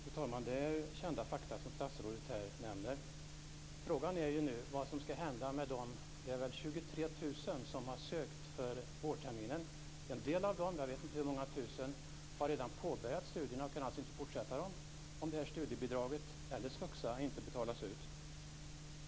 Fru talman! Det är kända faktum som statsrådet nämner. Frågan är dock vad som skall hända med de 23 000 som har sökt för vårterminen. En del av dem, jag vet inte hur många tusen, har redan påbörjat studierna och kan alltså inte fortsätta dem om det här studiebidraget eller svuxa inte betalas ut.